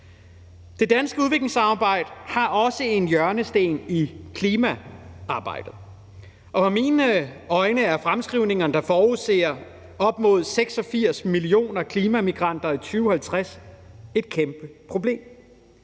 Det danske udviklingssamarbejde har også en hjørnesten i klimaarbejdet, og med mine øjne er fremskrivningerne, der forudser op mod 86 millioner klimamigranter i 2050, et kæmpe problem.